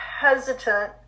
hesitant